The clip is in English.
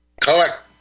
Collect